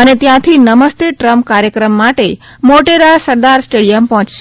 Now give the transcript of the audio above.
અને ત્યાંથી નમસ્તે ટ્રમ્પ કાર્યક્રમ માટે મોટેરા સરદાર સ્ટેડિયમ પહોંચશે